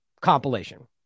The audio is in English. compilation